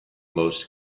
most